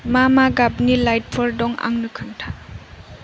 मा मा गाबनि लाइटफोर दं आंनो खोन्था